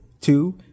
two